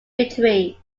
victory